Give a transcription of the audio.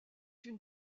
une